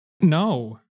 No